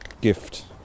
gift